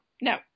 No